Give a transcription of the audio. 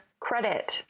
credit